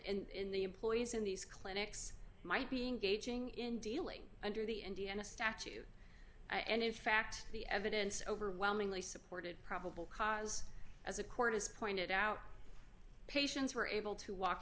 the employees in these clinics might be engaging in dealing under the indiana statute and in fact the evidence overwhelmingly supported probable cause as a court has pointed out patients were able to walk